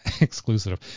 exclusive